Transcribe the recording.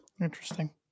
Interesting